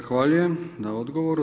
Zahvaljujem na odgovoru.